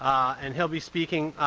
and he'll be speaking